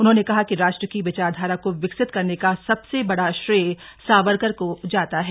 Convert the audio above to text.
उन्होंने कहा कि राष्ट्र की विचारधारा को विकसित करने का सबसे बड़ा श्रेय सावरकर को जाता है